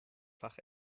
fach